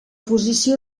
posició